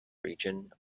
region